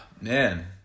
man